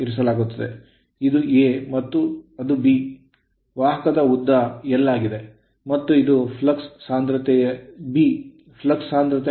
ಈಗ ಇದು A ಮತ್ತು ಅದು B ವಾಹಕ ಉದ್ದವು L ಆಗಿದೆ ಮತ್ತು ಇದು ಫ್ಲಕ್ಸ್ ಸಾಂದ್ರತೆ B ಫ್ಲಕ್ಸ್ ಸಾಂದ್ರತೆ